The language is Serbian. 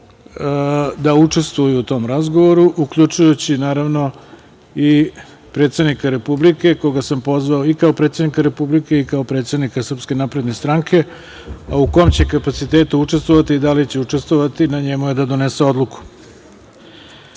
da učestvuju u tom razgovoru, uključujući naravno i predsednika Republike koga sam pozvao i kao predsednika Republike i kao predsednika Srpske napredne stranke, u kom će kapacitetu učestvovati i da li će učestvovati na njemu je da donese odluku. Takođe,